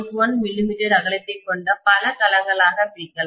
1 millimetre அகலத்தை கொண்ட பல களங்களாகப் பிரிக்கலாம்